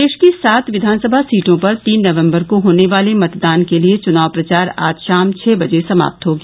प्रदेश की सात विधानसभा सीटों पर तीन नवम्बर को होने वाले मतदान के लिये चुनाव प्रचार आज शाम छ बजे समाप्त हो गया